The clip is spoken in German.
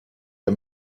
der